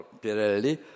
Pirelli